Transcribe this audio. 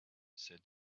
said